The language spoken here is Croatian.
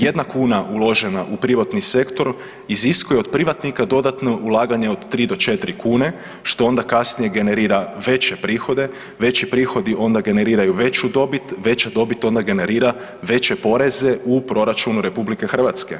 Jedna kuna uložena u privatni sektor iziskuje od privatnike dodatno ulaganje od 3 do 4 kune, što onda kasnije generira veće prihode, veći prihodi onda generiraju veću dobit, veća dobit onda generira veće poreze u proračunu Republike Hrvatske.